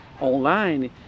online